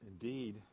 Indeed